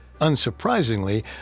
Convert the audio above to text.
Unsurprisingly